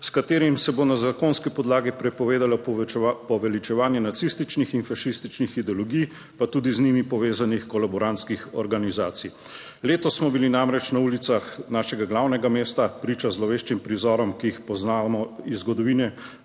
s katerim se bo na zakonski podlagi prepovedalo poveličevanje nacističnih in fašističnih ideologij, pa tudi z njimi povezanih kolaborantskih organizacij. Letos smo bili namreč na ulicah našega glavnega mesta priča zloveščim prizorom, ki jih poznamo iz zgodovine,